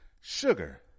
sugar